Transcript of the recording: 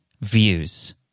views